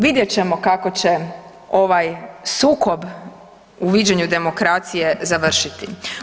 Vidjet ćemo kako će ovaj sukob u viđenju demokracije završiti.